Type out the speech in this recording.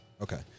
Okay